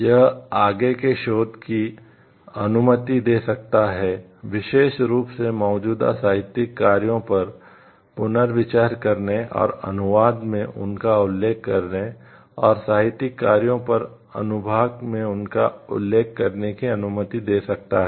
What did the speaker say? यह आगे के शोध की अनुमति दे सकता है विशेष रूप से मौजूदा साहित्यिक कार्यों पर पुनर्विचार करने और अनुवाद में उनका उल्लेख करने और साहित्यिक कार्यों पर अनुभाग में उनका उल्लेख करने की अनुमति दे सकता है